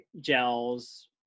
Gels